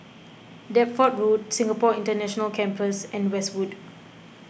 Deptford Road Singapore International Campus and Westwood